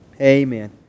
Amen